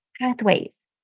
pathways